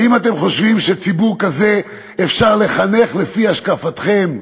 האם אתם חושבים שציבור כזה אפשר לחנך לפי השקפתכם?